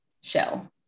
shell